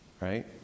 right